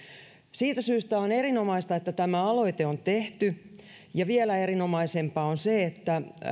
siitä syystä on erinomaista että tämä aloite on tehty ja vielä erinomaisempaa on se että